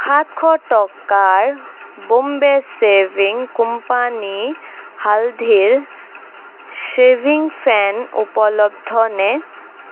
সাতশ টকাৰ বোম্বে' শ্বেভিং কোম্পানী হালধিৰ শ্বেভিং ফ'ম উপলব্ধনে